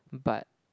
but